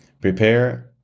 Prepare